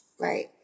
Right